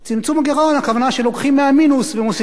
הכוונה שלוקחים מהמינוס ומוסיפים לתקציב,